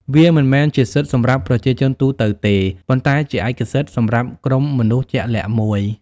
វាមិនមែនជាសិទ្ធិសម្រាប់ប្រជាជនទូទៅទេ ប៉ុន្តែជាឯកសិទ្ធិសម្រាប់ក្រុមមនុស្សជាក់លាក់មួយ។